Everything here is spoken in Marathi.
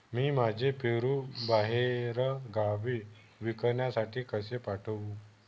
मी माझे पेरू बाहेरगावी विकण्यासाठी कसे पाठवू?